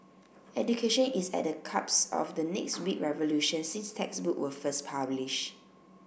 education is at the cups of the next big revolution since textbooks were first published